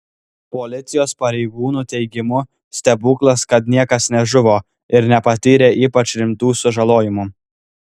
policijos pareigūnų teigimu stebuklas kad niekas nežuvo ir nepatyrė ypač rimtų sužalojimų